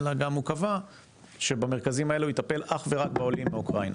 אלא גם הוא קבע שבמרכזים האלה הוא יטפל אך ורק בעולים מאוקראינה.